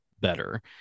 better